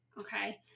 Okay